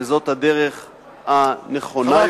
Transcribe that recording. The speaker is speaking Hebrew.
וזאת הדרך הנכונה יותר.